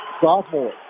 Sophomore